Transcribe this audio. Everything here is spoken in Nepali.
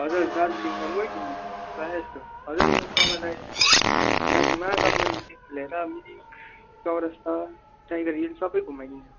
हजुर दार्जिलिङमा म नै घुमाइदिन्छु प्रायः जस्तो हजुर म तपाईँलाई माथि महाकाल मन्दिरदेखि लिएर मिरिक चौरस्ता टाइगर हिल सबै घुमाइदिन्छु